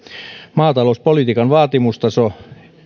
maatalouspolitiikan vaatimustason